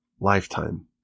lifetime